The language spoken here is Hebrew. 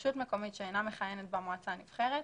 ברשות מקומית שאינה מכהנת בה מועצה נבחרת,